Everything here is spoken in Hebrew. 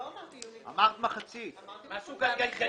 לא אמרתי יוני 2019. אמרת מחצית 2019. אמרתי מחצית.